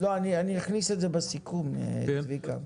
אכניס את זה בסיכום, צביקה.